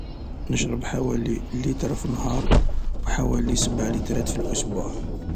نشرب حوالي لترا في النهار وحوالي سبع لترات في الأسبوع.